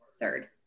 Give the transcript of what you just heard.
third